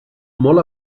molt